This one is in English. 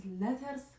letters